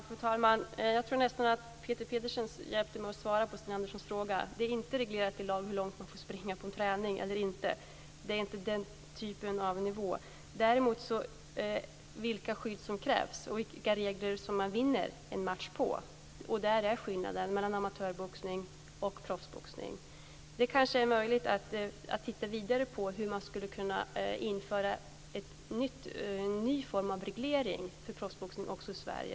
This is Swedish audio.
Fru talman! Jag tror nästan att Peter Pedersen hjälpte mig att svara på Sten Anderssons fråga. Det är inte reglerat i lag hur långt man får springa på träning. Det är inte fråga om den typen av nivå, däremot om vilka skydd som krävs och enligt vilka regler som man vinner en match. Där är en skillnad mellan amatörboxning och proffsboxning. Det kanske är möjligt att titta vidare på hur man skulle kunna införa en ny form av reglering för proffsboxning också i Sverige.